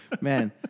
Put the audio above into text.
man